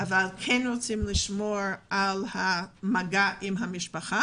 אבל כן היה רצון לשמור על המגע עם המשפחה,